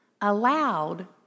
allowed